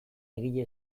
egile